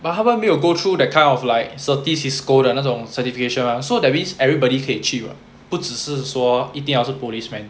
but how come 没有 go through the kind of like certis cisco 的那种 certification lah so that means everybody 可以去 [what] 不只是说一定要是 policemen